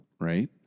right